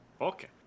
Okay